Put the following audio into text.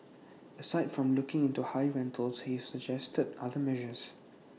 aside from looking into high rentals he suggested other measures